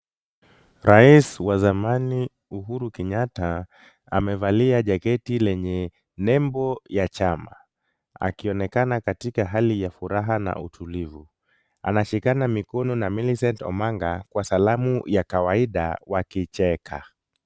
Rais wa zamani Uhuru Kenyatta, amevalia jaketi lenye nembo ya chama, akionekana katika hali ya furaha na utulivu. Anashikana mikono na Millicent Omanga kwa salamu ya kawaida wakicheka.